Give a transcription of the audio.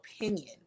opinion